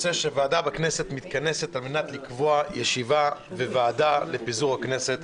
יוצא שוועדה בכנסת מתכנסת על מנת לקבוע ישיבה וועדה לפיזור הכנסת.